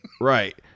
Right